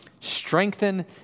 strengthen